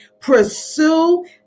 pursue